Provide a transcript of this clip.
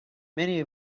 many